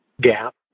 GAP